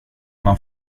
man